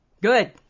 good